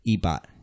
Ebot